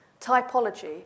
typology